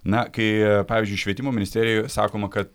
na kai pavyzdžiui švietimo ministerijoje sakoma kad